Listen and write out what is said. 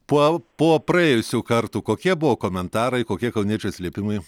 po po praėjusių kartų kokie buvo komentarai kokie kauniečių atsiliepimai